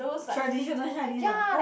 traditional Chinese ah oh